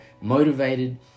motivated